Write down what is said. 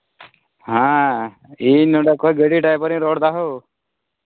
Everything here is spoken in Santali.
ᱦᱮᱸ ᱤᱧ ᱱᱚᱰᱮ ᱠᱷᱚᱱ ᱜᱟᱹᱰᱤ ᱰᱟᱭᱵᱷᱟᱨᱤᱧ ᱨᱚᱲᱫᱟ ᱦᱳ